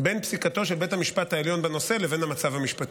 בין פסיקתו של בית המשפט העליון בנושא לבין המצב המשפטי?